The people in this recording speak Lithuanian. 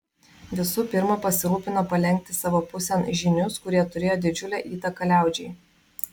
visų pirma pasirūpino palenkti savo pusėn žynius kurie turėjo didžiulę įtaką liaudžiai